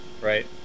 Right